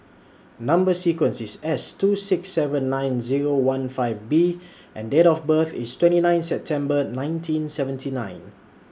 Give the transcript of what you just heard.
Number sequence IS S two six seven nine Zero one five B and Date of birth IS twenty nine September nineteen seventy nine